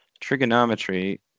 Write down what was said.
trigonometry